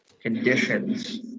conditions